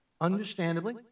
Understandably